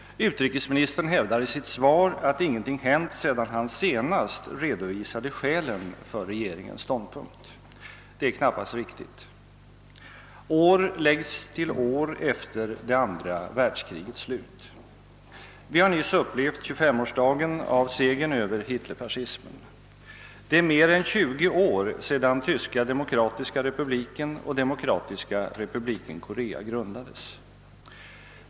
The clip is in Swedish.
Utrikesministern hävdar i sitt svar att ingenting hänt sedan han senast redovisade skälen för regeringens ståndpunkt. Det är knappast riktigt. År läggs till år efter det andra världskrigets slut. Vi har nyss upplevt 25-årsdagen av segern över Hitlerfascismen. Det är mer än 20 år sedan Tyska demokratiska republiken och Demokratiska folkrepubliken Korea grundades.